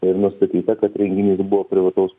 ir nustatyta kad renginys buvo privataus